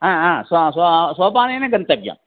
ह ह सो सो सोपानेन गन्तव्यम्